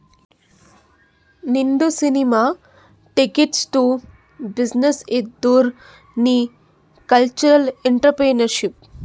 ನಿಂದು ಸಿನಿಮಾ ಟಾಕೀಸ್ದು ಬಿಸಿನ್ನೆಸ್ ಇದ್ದುರ್ ನೀ ಕಲ್ಚರಲ್ ಇಂಟ್ರಪ್ರಿನರ್ಶಿಪ್